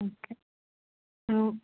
okay ഓ